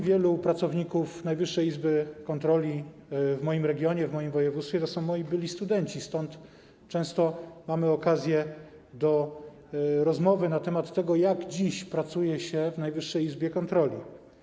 Wielu pracowników Najwyższej Izby Kontroli w moim regionie, w moim województwie to są moi byli studenci, stąd często mamy okazję do rozmowy na temat tego, jak dziś pracuje się w Najwyższej Izbie Kontroli.